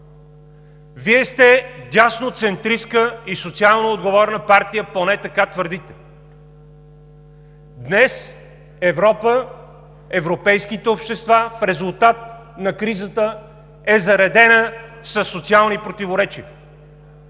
Вие сте дясноцентристка и социално отговорна партия – поне така твърдите. Днес Европа, европейските общества, в резултат на кризата е заредена със социални противоречия.